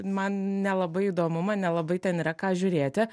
man nelabai įdomu man nelabai ten yra ką žiūrėti